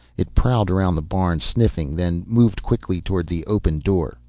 it prowled around the barn, sniffing, then moved quickly towards the open door.